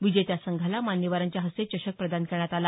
विजेत्या संघाला मान्यवरांच्या हस्ते चषक प्रदान करण्यात आला